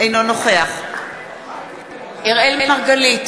אינו נוכח אראל מרגלית,